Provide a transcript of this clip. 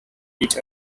each